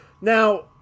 Now